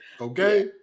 Okay